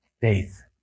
faith